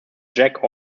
jack